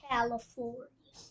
California